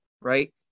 right